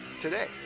today